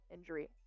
injury